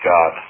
God